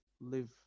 live